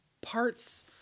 parts